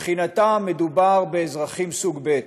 מבחינתם מדובר באזרחים סוג ב',